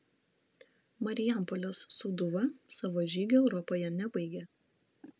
marijampolės sūduva savo žygio europoje nebaigė